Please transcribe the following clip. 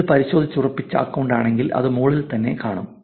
ഇത് പരിശോധിച്ചുറപ്പിച്ച അക്കൌണ്ടാണെങ്കിൽ അത് മുകളിൽ തന്നെ കാണാനാകും